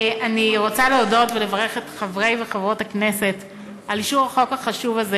אני רוצה להודות ולברך את חברי וחברות הכנסת על אישור החוק החשוב הזה,